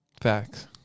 Facts